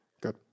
Good